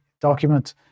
document